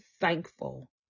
thankful